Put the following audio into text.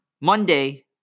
Monday